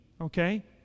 okay